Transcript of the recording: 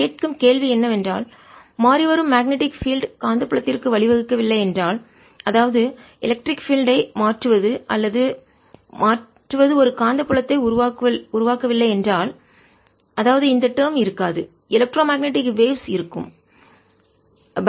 நாம் கேட்கும் கேள்வி என்னவென்றால் மாறிவரும் மேக்னெட்டிக் பீல்டு காந்தப்புலம் காந்தப்புலத்திற்கு வழி வகுக்க வில்லை என்றால் அதாவது எலக்ட்ரிக் பீல்டு ஐ மின்சார புலம் மாற்றுவது அல்லது மாற்றுவது ஒரு காந்தப்புலத்தை உருவாக்கவில்லை என்றால் அதாவது இந்த டேர்ம் இருக்காது எலக்ட்ரோ மேக்னெட்டிக் வேவ்ஸ் மின்காந்த அலைகள் இருக்கும்